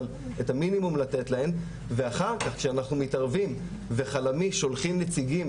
אבל את המינימום לתת להן ואחר-כך שאנחנו מתערבים וחלמיש שולחים נציגים,